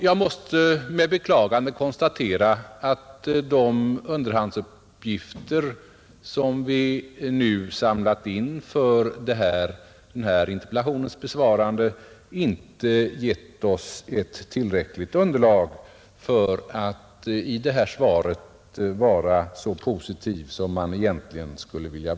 Jag måste med beklagande konstatera att de underhandsuppgifter som vi samlat in för den här interpellationens besvarande inte givit oss tillräckligt underlag för att i svaret vara så positiva som man egentligen skulle vilja.